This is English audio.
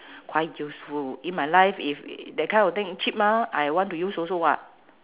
quite useful in my life if that kind of thing cheap mah I want to use also [what]